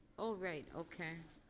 all right. okay.